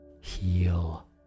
heal